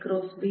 A